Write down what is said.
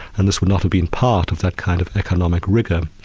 and this would not have been part of that kind of economic rigour.